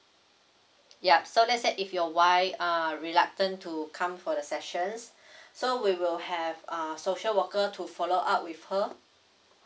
yup so let's say if your wife uh reluctant to come for the sessions so we will have uh social worker to follow up with her